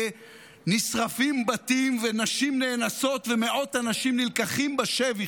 נשרפים בתים ונשים נאנסות ומאות אנשים נלקחים בשבי,